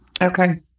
Okay